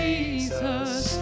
Jesus